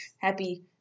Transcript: happy